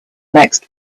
next